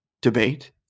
debate